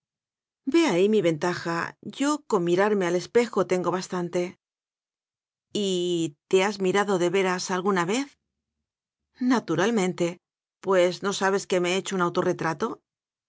ve ahí mi ventaja yo con mirarme al espejo tengo bastante y te has mirado de veras alguna vez naturalmente pues no sabes que me he hecho un autorretrato